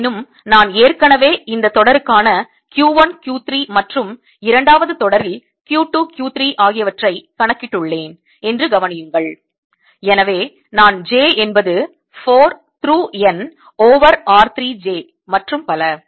எனினும் நான் ஏற்கனவே இந்த தொடருக்கான Q 1 Q 3 மற்றும் இரண்டாவது தொடரில் Q 2 Q 3 ஆகியவற்றை கணக்கிட்டு உள்ளேன் என்று கவனியுங்கள் எனவே நான் j என்பது 4 through N over r 3 j மற்றும் பல